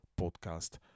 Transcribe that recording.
podcast